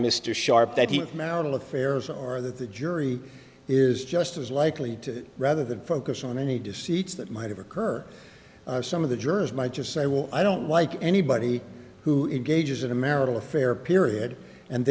mr sharp that he marital affairs or that the jury is just as likely to rather than focus on the need to see to that might occur some of the jurors might just say well i don't why anybody who engages in a marital affair period and